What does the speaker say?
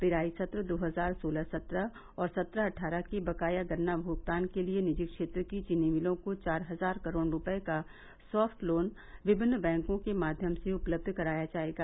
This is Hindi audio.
पेराई सत्र दो हजार सोलह सत्रह और सत्रह अट्ठारह के बकाया गन्ना भुगतान के लिए निजी क्षेत्र की चीनी मिलों को चार हजार करोड़ रूपये का साफ्ट लोन विभिन्न बैंकों के माध्यम से उपलब्ध कराया जायेगा